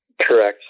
Correct